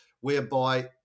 whereby